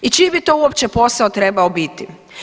I čiji bi to uopće posao trebao biti?